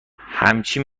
همچی